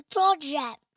Project